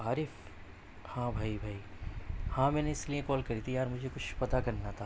عارف ہاں بھائی بھائی ہاں میں نے اس لئے کال کری تھی مجھے کچھ پتا کرنا تھا